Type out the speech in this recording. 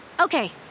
Okay